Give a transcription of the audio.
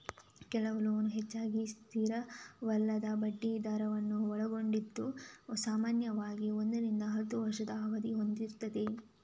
ಕೆಲವು ಲೋನ್ ಹೆಚ್ಚಾಗಿ ಸ್ಥಿರವಲ್ಲದ ಬಡ್ಡಿ ದರವನ್ನ ಒಳಗೊಂಡಿದ್ದು ಸಾಮಾನ್ಯವಾಗಿ ಒಂದರಿಂದ ಹತ್ತು ವರ್ಷದ ಅವಧಿ ಹೊಂದಿರ್ತದೆ